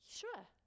sure